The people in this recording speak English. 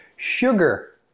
sugar